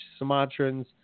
Sumatrans